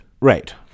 Right